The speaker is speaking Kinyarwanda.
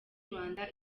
rwanda